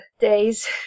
days